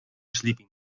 sleeping